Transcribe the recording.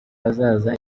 azaza